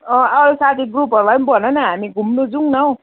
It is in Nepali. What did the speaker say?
अँ अरू साथी ग्रुपहरूलाई पनि भन न हामी घुम्नु जाउँ न हौ